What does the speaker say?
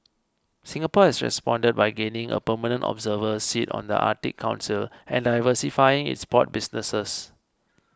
Singapore has responded by gaining a permanent observer seat on the Arctic Council and diversifying its port businesses